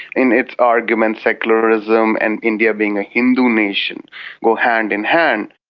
in its argument secularism and india being a hindu nation go hand in hand.